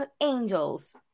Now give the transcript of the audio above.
angels